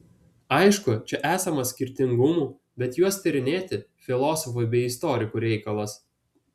aišku čia esama skirtingumų bet juos tyrinėti filosofų bei istorikų reikalas